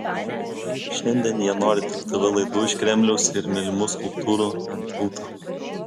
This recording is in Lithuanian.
šiandien jie nori tik tv laidų iš kremliaus ir mylimų skulptūrų ant tilto